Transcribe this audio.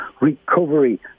recovery